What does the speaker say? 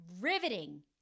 riveting